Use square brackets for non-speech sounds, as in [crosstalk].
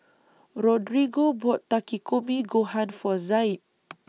Rodrigo bought Takikomi Gohan For Zaid [noise]